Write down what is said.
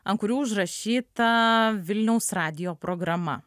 ant kurių užrašyta vilniaus radijo programa